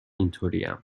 اینطوریم